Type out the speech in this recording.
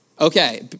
Okay